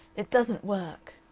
it doesn't work.